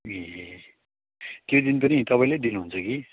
ए त्यो दिन पनि तपाईँले दिनुहुन्छ कि